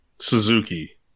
Suzuki